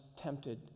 tempted